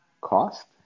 cost